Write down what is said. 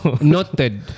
Noted